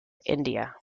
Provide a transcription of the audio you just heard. india